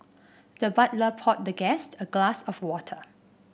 the butler poured the guest a glass of water